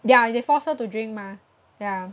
ya they forced her to drink mah ya